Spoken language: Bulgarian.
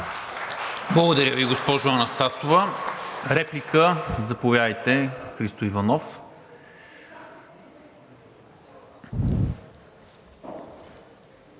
Благодаря Ви, госпожо Анастасова. Реплика – заповядайте, Христо Иванов.